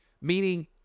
meaning